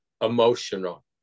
emotional